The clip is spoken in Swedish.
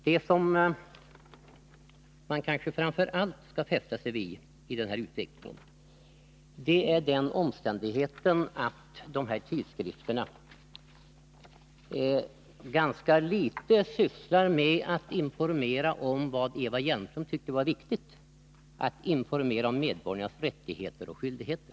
Vad-man kanske framför allt skall fästa sig vid när det gäller denna utveckling är den omständigheten att de här tidskrifterna ganska litet sysslar med att informera om vad Eva Hjelmström tyckte var riktigt, nämligen om medborgarnas rättigheter och skyldigheter.